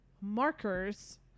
markers